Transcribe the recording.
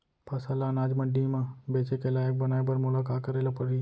फसल ल अनाज मंडी म बेचे के लायक बनाय बर मोला का करे ल परही?